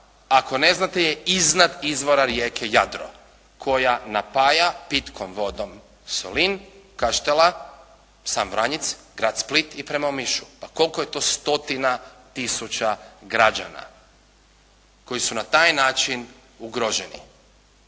ako ne znate je iznad izvora rijeke Jadro koja napaja pitkom vodom Solin, Kaštela, sam Vranjic, grad Split i prema Omišu. Pa koliko je to stotina tisuća građana koji su na taj način ugroženi.